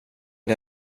när